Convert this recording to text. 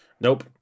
Nope